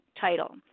title